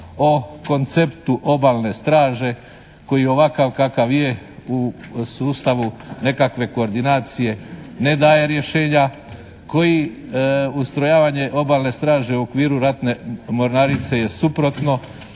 o konceptu obalne straže koji je ovakav kakav je u sustavu nekakve koordinacije ne daje rješenja. Koji ustrojavanje obalne straže u okviru ratne mornarice je suprotno